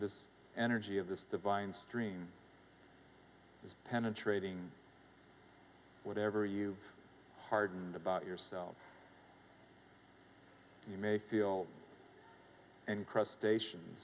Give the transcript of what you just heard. this energy of this divine stream is penetrating whatever you hardened about yourself you may feel and cross station